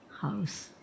house